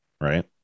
right